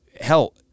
Hell